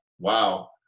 wow